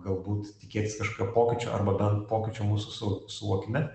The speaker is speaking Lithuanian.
galbūt tikėtis kažkokio pokyčio arba bent pokyčio mūsų su suvokime